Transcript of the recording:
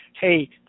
hey